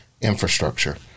infrastructure